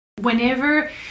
Whenever